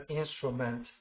instrument